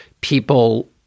people